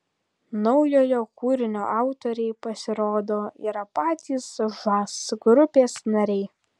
naujojo kūrinio autoriai pasirodo yra patys žas grupės nariai